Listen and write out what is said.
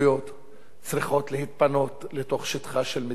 צריכים להתפנות לתוך שטחה של מדינת ישראל,